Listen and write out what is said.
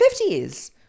50s